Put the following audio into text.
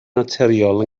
naturiol